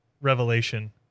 revelation